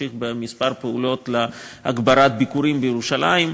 נמשיך בכמה פעולות להגברת ביקורים בירושלים.